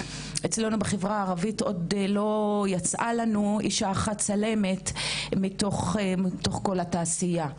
אצלנו בחברה הערבית עוד לא יצאה לנו אישה אחת צלמת מתוך כל התעשייה.